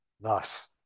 thus